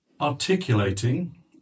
articulating